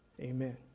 Amen